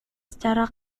secara